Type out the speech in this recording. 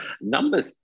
Number